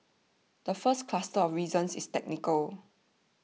the first cluster of reasons is technical